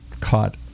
caught